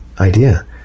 idea